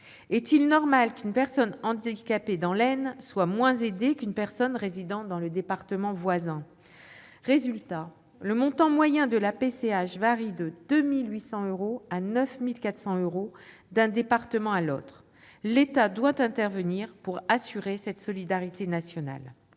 Est-il normal qu'une personne handicapée dans l'Aisne soit moins aidée qu'une personne résidant dans le département voisin ? Résultat : le montant moyen de la PCH varie de 2 800 euros à 9 400 euros d'un département à l'autre ! L'État doit intervenir pour assurer cette solidarité nationale.